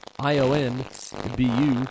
i-o-n-b-u